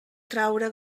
traure